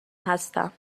هستم